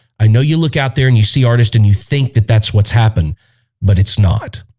i know you look out there and you see artists and you think that that's what's happened but it's not